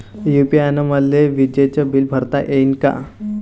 UPI न मले विजेचं बिल भरता यीन का?